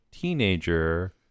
teenager